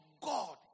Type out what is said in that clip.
God